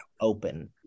open